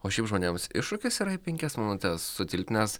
o šiaip žmonėms iššūkis yra į penkias minutes sutilpt nes